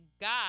God